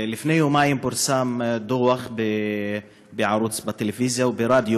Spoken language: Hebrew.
לפני יומיים פורסם דוח בערוץ בטלוויזיה וברדיו